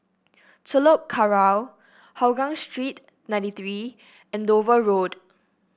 Telok Kurau Hougang Street ninety three Andover Road